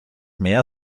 mehr